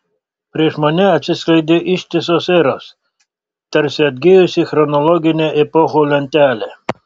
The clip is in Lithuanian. prieš mane atsiskleidė ištisos eros tarsi atgijusi chronologinė epochų lentelė